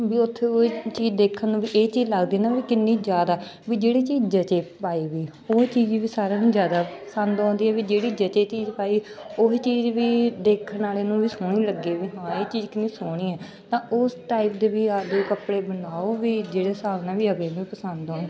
ਵੀ ਉੱਥੇ ਉਹ ਚੀਜ਼ ਦੇਖਣ ਨੂੰ ਵੀ ਇਹ ਚੀਜ਼ ਲੱਗਦੀ ਨਾ ਵੀ ਕਿੰਨੀ ਜ਼ਿਆਦਾ ਵੀ ਜਿਹੜੀ ਚੀਜ਼ ਜਚੇ ਪਾਏ ਵੀ ਉਹ ਚੀਜ਼ ਵੀ ਸਾਰਿਆਂ ਨਾਲੋਂ ਜ਼ਿਆਦਾ ਪਸੰਦ ਆਉਂਦੀ ਹੈ ਵੀ ਜਿਹੜੀ ਜਚੇ ਚੀਜ਼ ਪਾਈ ਉਹੀ ਚੀਜ਼ ਵੀ ਦੇਖਣ ਵਾਲੇ ਨੂੰ ਵੀ ਸੋਹਣੀ ਲੱਗੇ ਵੀ ਹਾਂ ਇਹ ਚੀਜ਼ ਕਿੰਨੀ ਸੋਹਣੀ ਆ ਤਾਂ ਉਸ ਟਾਈਪ ਦੇ ਵੀ ਆਪਦੇ ਕੱਪੜੇ ਬਣਾਓ ਵੀ ਜਿਹੜੇ ਹਿਸਾਬ ਨਾਲ ਵੀ ਅਗਲੇ ਨੂੰ ਪਸੰਦ ਆਉਣ